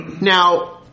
Now